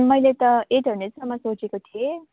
मैले त एट हन्ड्रेडसम्म सोचेको थिएँ